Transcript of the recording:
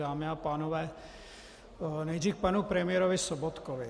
Dámy a pánové, nejdřív k panu premiérovi Sobotkovi.